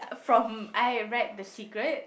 from I have read the secret